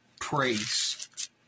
praise